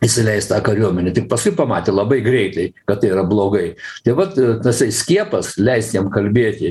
įsileist tą kariuomenę tik paskui pamatė labai greitai kad tai yra blogai tai vat tasai skiepas leis jam kalbėti